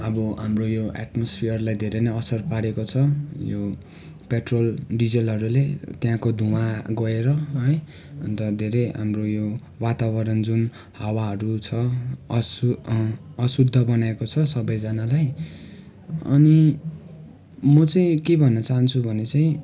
आब हाम्रो यो एट्मोस्फियरलाई धेरै नै असर पारेको छ यो पेट्रोल डिजलहरूले त्यहाँको धुवा गएर है अन्त धेरै हाम्रो यो वातावरण जुन हावाहरू छ अस अशुद्ध बनाएको छ सबैजनालाई अनि म चाहिँ के भन्नु चाहन्छु भने चाहिँ